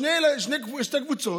שתי קבוצות,